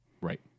Right